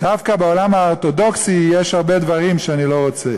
דווקא בעולם האורתודוקסי יש הרבה דברים שאני לא רוצה.